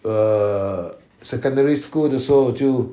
err secondary school 的时候就